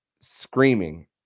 screaming